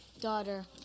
daughter